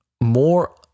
more